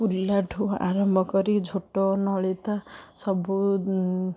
କୁଲା ଠୁ ଆରମ୍ଭ କରି ଝୋଟ ନଳିତା ସବୁ